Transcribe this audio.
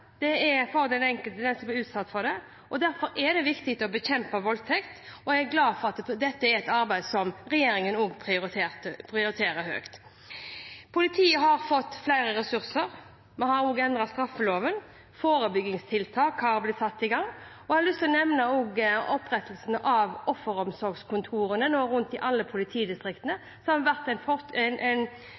store konsekvenser for den enkelte som er utsatt for det. Derfor er det viktig å bekjempe voldtekt. Jeg er glad for at dette er et arbeid som regjeringen prioriterer høyt. Politiet har fått flere ressurser. Vi har også endret straffeloven. Forebyggingstiltak har blitt satt i gang. Jeg har også lyst til å nevne opprettelsen av offeromsorgskontorene rundt i alle politidistriktene, som har vært en kampsak for Fremskrittspartiet. Vi vet at det er vanskelig når en har blitt utsatt for en